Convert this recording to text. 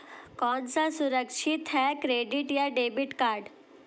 कौन सा सुरक्षित है क्रेडिट या डेबिट कार्ड?